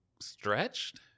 stretched